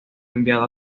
enviado